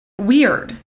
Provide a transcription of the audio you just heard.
weird